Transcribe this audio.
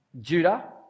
Judah